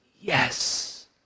yes